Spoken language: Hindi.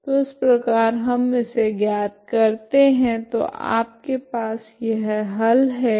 तो इस प्रकार हम इसे ज्ञात करते है तो आपके पास यह हल है